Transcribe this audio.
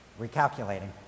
recalculating